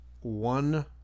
one